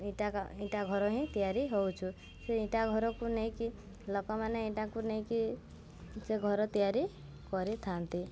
ଇଟା ଇଟା ଘର ହିଁ ତିଆରି ହଉଛୁ ସେ ଇଟା ଘରକୁ ନେଇକି ଲୋକମାନେ ଇଟାକୁ ନେଇକି ସେ ଘର ତିଆରି କରିଥାନ୍ତି